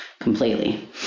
completely